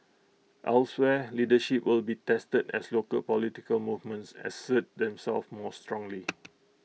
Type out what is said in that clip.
elsewhere leadership will be tested as local political movements assert themselves more strongly